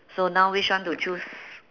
so now which one to choose